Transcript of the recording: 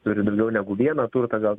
turi daugiau negu vieną turtą gal